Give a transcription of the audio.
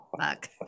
Fuck